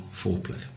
foreplay